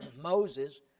Moses